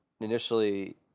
initially